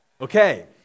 Okay